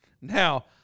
Now